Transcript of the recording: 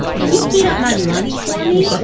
can you heat up my lunch for me?